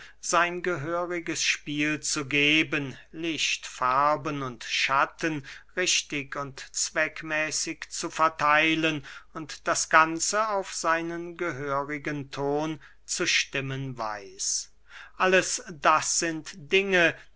sein gehöriges spiel zu geben licht farben und schatten richtig und zweckmäßig zu vertheilen und das ganze auf seinen gehörigen ton zu stimmen weiß alles das sind dinge